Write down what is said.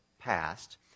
past